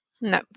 no